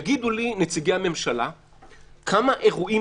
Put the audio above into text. יגידו לי נציגי הממשלה כמה אירועים